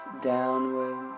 downwards